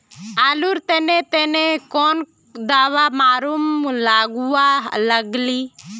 आलूर तने तने कौन दावा मारूम गालुवा लगली?